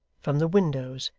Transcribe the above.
from the windows,